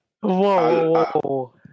Whoa